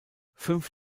fünf